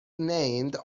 named